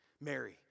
Mary